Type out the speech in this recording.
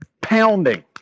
pounding